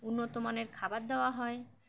উন্নত মানের খাবার দেওয়া হয়